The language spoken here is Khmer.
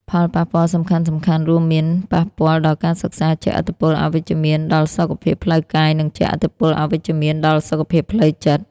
ផលប៉ះពាល់សំខាន់ៗរួមមាន ប៉ះពាល់ដល់ការសិក្សា ជះឥទ្ធិពលអវិជ្ជមានដល់សុខភាពផ្លូវកាយ និងជះឥទ្ធិពលអវិជ្ជមានដល់សុខភាពផ្លូវចិត្ត។